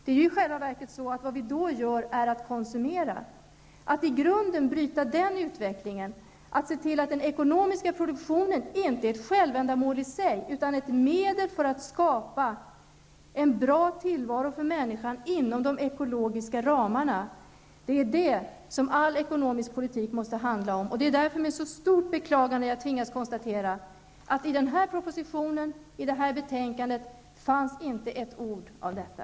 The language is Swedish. Då konsumerar man i själva verket. Att i grunden bryta den utvecklingen och att se till att den ekonomiska produktionen inte är ett självändamål i sig utan ett medel för att skapa en bra tillvaro för människan inom de ekologiska ramarna, är det som all ekonomisk politik måste handla om. Därför är det med mycket stort beklagande jag tvingas konstatera att i denna proposition och betänkande finns inte ett ord om detta.